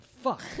fuck